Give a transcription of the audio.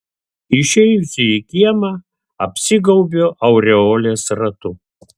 išėjusi į kiemą apsigaubiu aureolės ratu